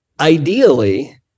ideally